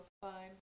Fine